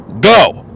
go